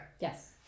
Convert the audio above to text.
Yes